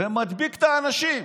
ומדביק את האנשים.